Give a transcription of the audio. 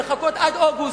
לחכות עד אוגוסט,